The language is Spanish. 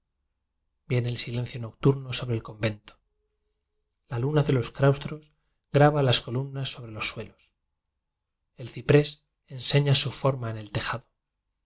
viene el silencio nocturno sobre el con vento la luna en los claustros graba las columnas sobre los suelos el ciprés ense ña su forma en el tejado